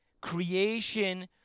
creation